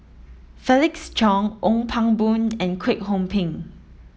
Felix Cheong Ong Pang Boon and Kwek Hong Png